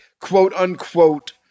quote-unquote